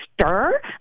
Stir